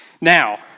Now